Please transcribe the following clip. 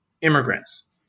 immigrants